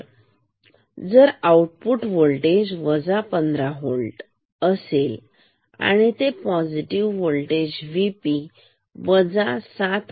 तर जर output voltage VO 15 volt V o 15 volt असेल आणि पॉझिटिव वोल्टेज VP वजा 7